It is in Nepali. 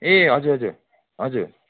ए हजुर हजुर हजुर